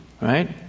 right